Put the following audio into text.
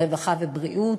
הרווחה והבריאות,